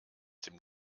dem